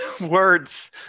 words